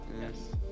Yes